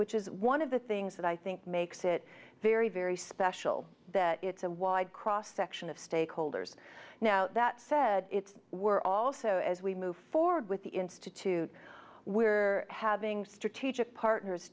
which is one of the things that i think makes it very very special that it's a wide cross section of stakeholders now that said it's we're also as we move forward with the institute we're having strategic partners